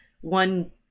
one